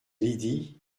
lydie